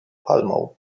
palmą